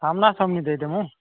ସାମ୍ନା ସମ୍ନି ଦେଇଦେମୁୁ